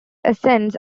ascends